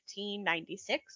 1596